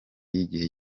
y’igihe